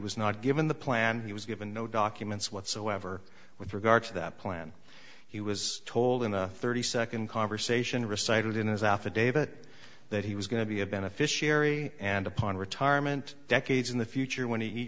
was not given the plan he was given no documents whatsoever with regard to that plan he was told in a thirty second conversation recited in his affidavit that he was going to be a beneficiary and upon retirement decades in the future when he